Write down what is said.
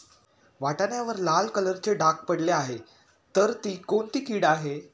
वाटाण्यावर लाल कलरचे डाग पडले आहे तर ती कोणती कीड आहे?